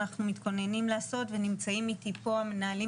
אנחנו מתכוננים לעשות ונמצאים איתי פה המנהלים